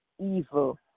evil